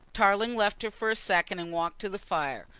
tarling left her for a second and walked to the fire.